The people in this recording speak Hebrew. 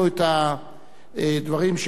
שכן גם חבר הכנסת אילטוב,